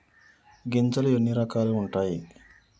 గింజలు ఎన్ని రకాలు ఉంటాయి?